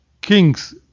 kings